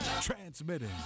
transmitting